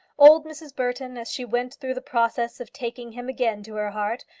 old mrs. burton, as she went through the process of taking him again to her heart,